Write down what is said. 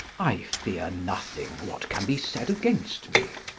i feare nothing what can be said against me